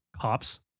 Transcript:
cops